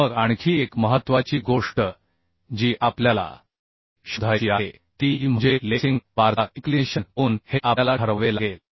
मग आणखी एक महत्त्वाची गोष्ट जी आपल्याला शोधायची आहे ती म्हणजे लेसिंग बारचा इन्क्लिनेशन कोन हे आपल्याला ठरवावे लागेल